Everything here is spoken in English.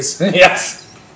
yes